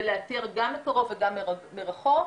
ולאתר גם מקרוב וגם מרחוק.